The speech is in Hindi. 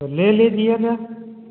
तो ले लीजिएगा